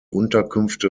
unterkünfte